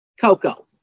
Coco